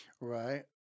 Right